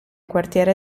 quartiere